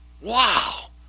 wow